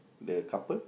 the couple